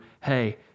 hey